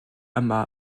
yma